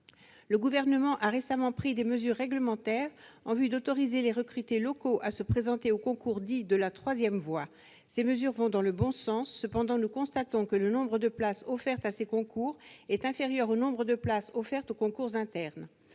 Le Gouvernement a récemment pris des mesures réglementaires pour autoriser les recrutés locaux à se présenter aux concours dits « de la troisième voie ». Ces mesures vont dans le bon sens, mais nous constatons que le nombre de places offertes à ces concours est inférieur au nombre de places offertes aux concours internes.